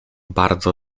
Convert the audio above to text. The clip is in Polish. bardzo